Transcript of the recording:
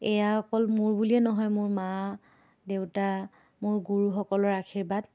এয়া অকল মোৰ বুলিয়ে নহয় মোৰ মা দেউতা মোৰ গুৰুসকলৰ আশীৰ্বাদ